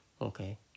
okay